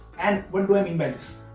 and what do i mean by this?